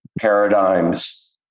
paradigms